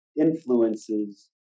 influences